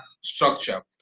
structure